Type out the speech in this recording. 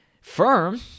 firm